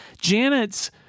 Janet's